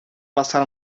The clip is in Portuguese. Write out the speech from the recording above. passar